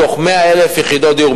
מתוך 100,000 יחידות דיור,